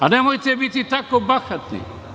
Nemojte biti tako bahati.